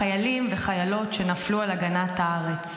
חיילים וחיילות שנפלו על הגנת הארץ.